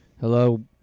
Hello